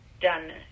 done